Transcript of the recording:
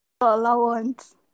Allowance